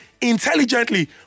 intelligently